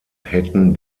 hätten